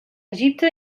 egipte